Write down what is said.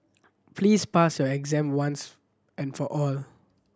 please pass your exam once and for all